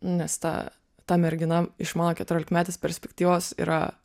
nes ta ta mergina iš mano keturiolikmetės perspektyvos yra